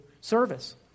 service